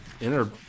inner